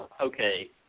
okay